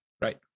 right